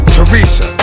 Teresa